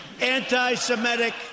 anti-Semitic